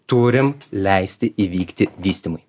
turime leisti įvykti vystymui